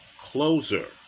closer